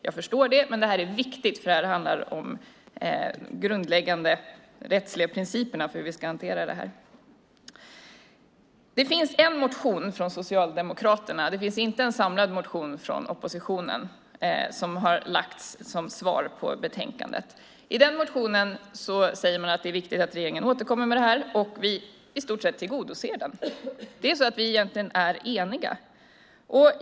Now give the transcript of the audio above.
Det är dock viktigt, för det handlar om de grundläggande rättsliga principerna för hur vi ska hantera detta. Det finns en motion från Socialdemokraterna, ingen samlad motion från oppositionen, som svar på redogörelsen. I motionen säger man att det är viktigt att regeringen återkommer med detta, och vi tillgodoser i stort sett det. Vi är egentligen eniga.